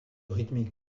rythmique